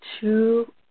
two